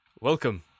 Welcome